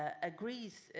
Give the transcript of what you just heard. ah agrees,